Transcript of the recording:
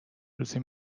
روزی